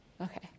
Okay